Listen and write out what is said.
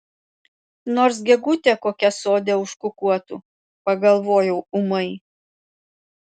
nors gegutė kokia sode užkukuotų pagalvojau ūmai